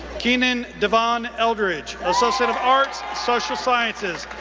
keenan devon eldridge, associate of arts, social sciences,